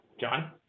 John